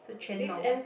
so Quan-Long